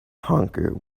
honker